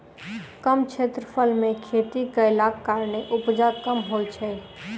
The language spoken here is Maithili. कम क्षेत्रफल मे खेती कयलाक कारणेँ उपजा कम होइत छै